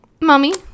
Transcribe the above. mommy